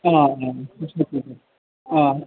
آ آ آ